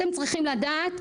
אתם צריכים לדעת,